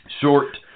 Short